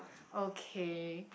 okay